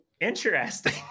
interesting